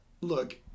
look